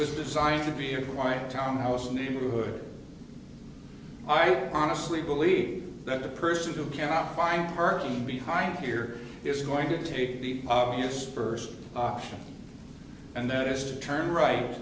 was designed to be a white townhouse neighborhood i honestly believe that a person who cannot find curtain behind here is going to take the obvious first option and that is to turn right